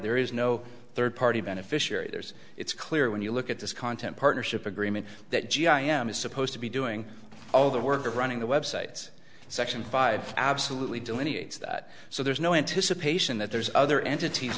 there is no third party beneficiary there's it's clear when you look at this content partnership agreement that g i am is supposed to be doing all the work of running the websites section five absolutely delineates that so there's no anticipation that there's other entities